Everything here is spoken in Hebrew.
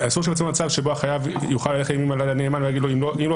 אסור שיהיה מצב שבו החייב יוכל להגיד לנאמן שאם לא